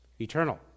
Eternal